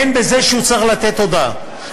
והן בזה שהוא צריך לתת הודעה.